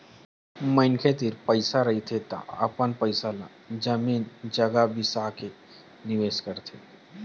मनखे तीर पइसा रहिथे त अपन पइसा ल जमीन जघा बिसा के निवेस करथे